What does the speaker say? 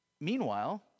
Meanwhile